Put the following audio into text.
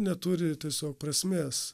neturi tiesiog prasmės